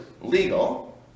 legal